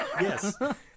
Yes